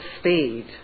speed